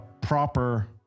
proper